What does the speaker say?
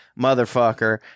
motherfucker